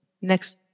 next